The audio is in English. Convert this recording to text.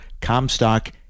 Comstock